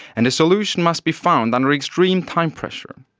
and a solution must be found under extreme time pressure.